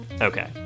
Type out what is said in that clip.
Okay